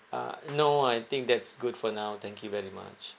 uh no ah I think that's good for now thank you very much